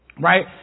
right